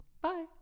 bye